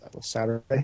Saturday